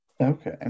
Okay